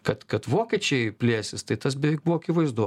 kad kad vokiečiai plėsis tai tas beveik buvo akivaizdu